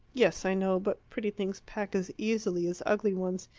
yes, i know but pretty things pack as easily as ugly ones.